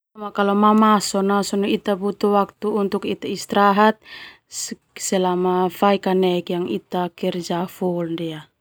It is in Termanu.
Mamasok na sona ita butuh waktu untuk ita istirahat selama fai kanek yang ita kerja full ndia.